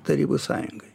tarybų sąjungai